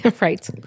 Right